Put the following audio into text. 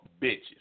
bitches